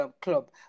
club